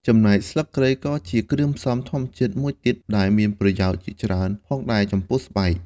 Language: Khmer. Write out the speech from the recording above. ចំណែកស្លឹកគ្រៃក៏ជាគ្រឿងផ្សំធម្មជាតិមួយទៀតដែលមានប្រយោជន៍ជាច្រើនផងដែរចំពោះស្បែក។